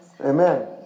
amen